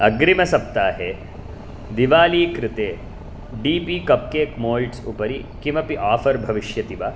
अग्रिमसप्ताहे दिवाली कृते D P cupcake moulds उपरि किमपि आफ़र्स् भविष्यति वा